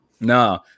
no